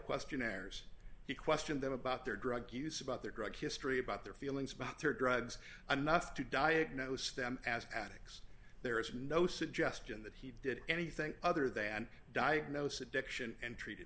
questionnaires he question them about their drug use about their drug history about their feelings about their drugs and nothing to diagnose them as addicks there is no suggestion that he did anything other than diagnose addiction and treated